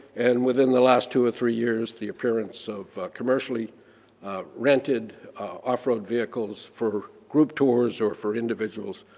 and within the last two or three years the appearance of commercially rented off-road vehicles for group tours or for individuals,